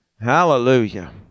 Hallelujah